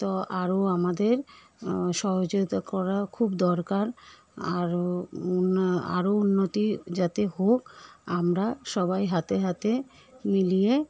তো আরো আমাদের সহযোগিতা করা খুবই দরকার আরো আরো উন্নতি যাতে হোক আমরা সবাই হাতে হাতে মিলিয়ে